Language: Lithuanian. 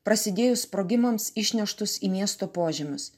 prasidėjus sprogimams išneštus į miesto požemius